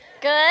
Good